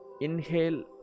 Inhale